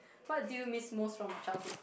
what do you miss most from your childhood